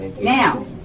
Now